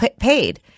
paid